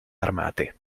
armate